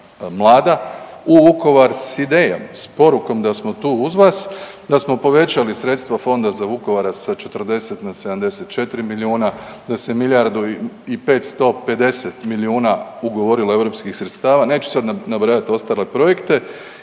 u Vukovar s idejom, s porukom da smo tu uz vas, da smo povećali sredstva fonda za Vukovar sa 40 na 74 miliona, da se milijardu i 550 milijuna ugovorilo europskih sredstava, neću sad nabrajati ostale projekte